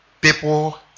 people